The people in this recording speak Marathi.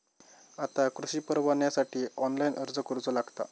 आता कृषीपरवान्यासाठी ऑनलाइन अर्ज करूचो लागता